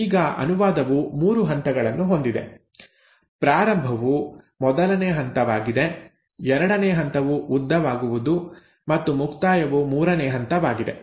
ಈಗ ಅನುವಾದವು 3 ಹಂತಗಳನ್ನು ಹೊಂದಿದೆ ಪ್ರಾರಂಭವು ಮೊದಲನೇ ಹಂತವಾಗಿದೆ ಎರಡನೇ ಹಂತವು ಉದ್ದವಾಗುವುದು ಮತ್ತು ಮುಕ್ತಾಯವು ಮೂರನೇ ಹಂತವಾಗಿದೆ